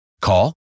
Call